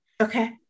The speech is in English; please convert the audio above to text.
Okay